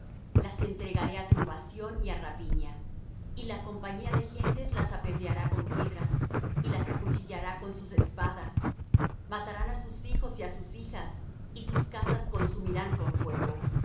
las entregaré á turbación y á rapiña y la compañía de gentes las apedreará con piedras y las acuchillará con sus espadas matarán á sus hijos y á sus hijas y sus casas consumirán con fuego